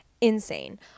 insane